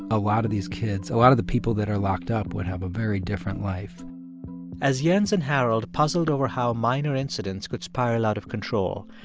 a lot of these kids, a lot of the people that are locked up, would have a very different life as jens and harold puzzled over how minor incidents could spiral out of control,